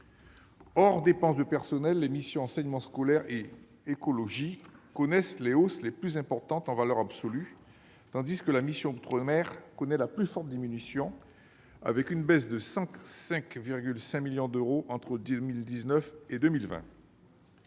Hors dépenses de personnels, les missions « Enseignement scolaire » et « Écologie » connaissent les hausses les plus importantes en valeur absolue, tandis que la mission « Outre-mer » connaît la plus forte diminution, soit une baisse de 105,5 millions d'euros entre 2019 et 2020.